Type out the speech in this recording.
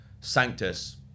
Sanctus